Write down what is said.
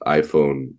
iPhone